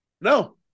No